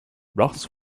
ross